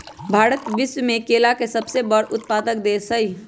भारत विश्व में केला के सबसे बड़ उत्पादक देश हई